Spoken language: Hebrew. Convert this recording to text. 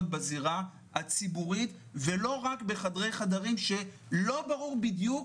בזירה הציבורית ולא רק בחדרי חדרים שלא ברור בדיוק,